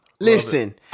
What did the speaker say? Listen